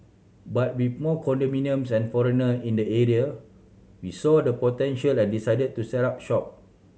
but with more condominiums and foreigner in the area we saw the potential and decided to set up shop